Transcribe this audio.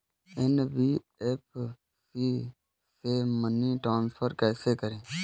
NBFC से money transfer कैसे करें?